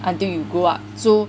until you grow up sp